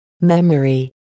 Memory